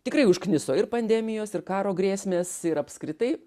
tikrai užkniso ir pandemijos ir karo grėsmės ir apskritai